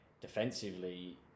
defensively